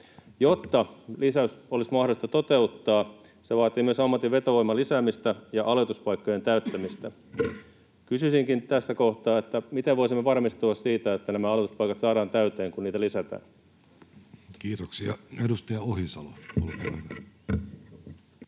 Jotta lisäys olisi mahdollista toteuttaa, se vaatii myös ammatin vetovoiman lisäämistä ja aloituspaikkojen täyttämistä. Kysyisinkin tässä kohtaa: miten voisimme varmistua siitä, että nämä aloituspaikat saadaan täyteen, kun niitä lisätään? [Speech 271] Speaker: